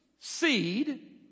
Seed